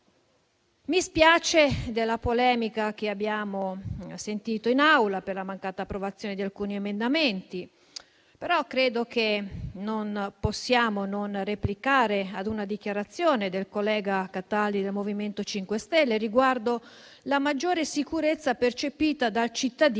Mi spiace della polemica che abbiamo sentito in Aula per la mancata approvazione di alcuni emendamenti. Credo che non possiamo non replicare ad una dichiarazione del collega Cataldi del MoVimento 5 Stelle riguardo alla maggiore sicurezza percepita dal cittadino